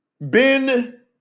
Ben